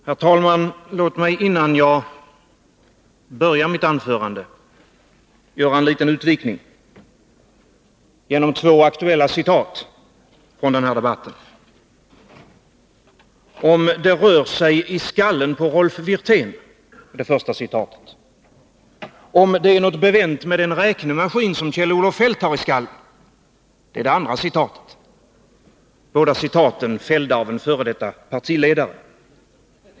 Herr talman! Låt mig innan jag börjar mitt egentliga anförande göra en liten utvikning genom två aktuella citat från denna debatt. Det första syftar på Rolf Wirtén och lyder: ”så långsamt fungerar det väl inte i hans skalle”. Det andra är: ”någonstans måste det vara något fel på den räknemaskin som Kjell-Olof Feldt har i skallen”. Båda är fällda av en f. d. partiledare.